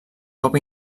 cop